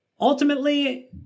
Ultimately